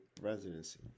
Residency